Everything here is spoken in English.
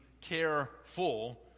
careful